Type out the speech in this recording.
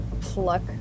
pluck